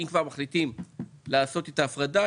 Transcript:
אם כבר מחליטים לעשות את ההפרדה,